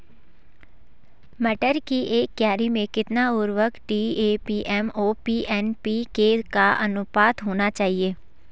मटर की एक क्यारी में कितना उर्वरक डी.ए.पी एम.ओ.पी एन.पी.के का अनुपात होना चाहिए?